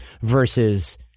versus